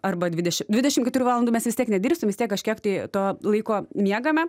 arba dvideši dvidešim keturių valandų mes vis tiek nedirbsim vis tiek kažkiek tai to laiko miegame